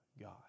God